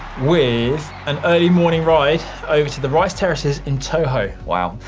with an early morning ride over to the rice terraces in toho. wow,